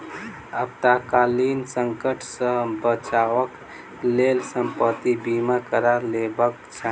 आपातकालीन संकट सॅ बचावक लेल संपत्ति बीमा करा लेबाक चाही